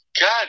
God